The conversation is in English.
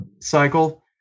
cycle